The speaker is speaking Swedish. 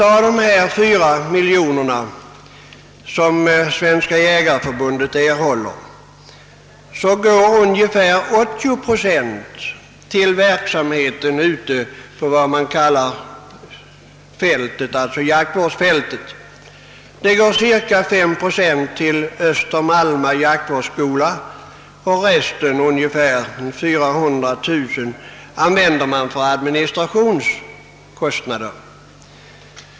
Av de 4 miljoner som Svenska jägareförbundet erhåller går ungefär 80 procent till verksamheten ute på jaktvårdsfältet. Cirka 5 procent går till Öster-Malma jaktvårdsskola, och resten, ungefär 400 000, använder man till administrationskostnader.